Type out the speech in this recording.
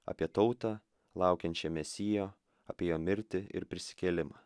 apie tautą laukiančią mesijo apie jo mirtį ir prisikėlimą